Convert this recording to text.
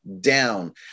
down